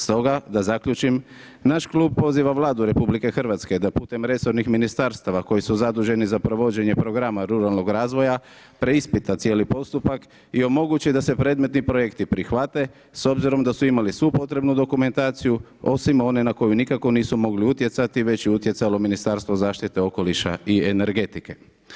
Stoga, da zaključim, naš klub poziva Vladu RH da putem resornih ministarstava koji su zaduženi za provođenje programa ruralnog razvoja preispita cijeli postupak i omogući da se predmetni projekti prihvate s obzirom da su imali svu potrebnu dokumentaciju osim one na koji nikako nisu mogli utjecati već je utjecalo Ministarstvo zašite okoliša i energetike.